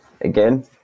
again